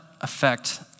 affect